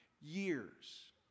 years